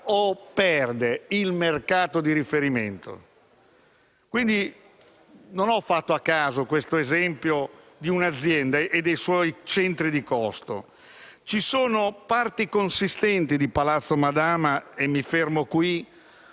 o perde il mercato di riferimento? Non ho fatto a caso l'esempio di un'azienda e dei suoi centri di costo. Ci sono parti consistenti di Palazzo Madama - mi fermo qui